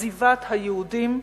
עזיבת היהודים,